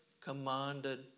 commanded